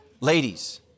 ladies